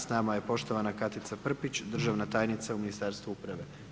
S nama je poštovana Katica Prpić, državna tajnica u Ministarstvu uprave.